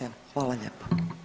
Evo, hvala lijepo.